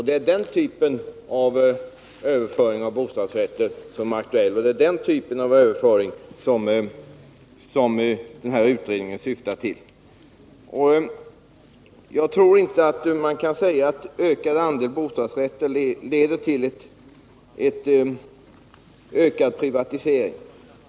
Det är den typen av överföring av bostadsrätt som är aktuell och som utredningen syftar till. Jag tror inte att man kan säga att en ökning av andelen bostadsrätter leder till en högre grad av privatisering.